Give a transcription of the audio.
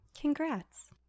congrats